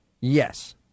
Yes